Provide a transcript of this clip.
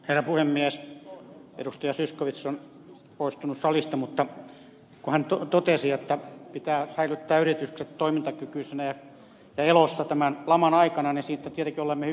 zyskowicz on poistunut salista mutta kun hän totesi että pitää säilyttää yritykset toimintakykyisinä ja elossa tämän laman aikana niin siitä tietenkin olemme hyvin samaa mieltä